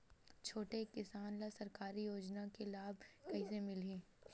छोटे किसान ला सरकारी योजना के लाभ कइसे मिलही?